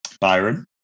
Byron